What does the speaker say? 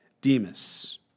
Demas